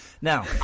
Now